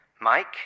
Mike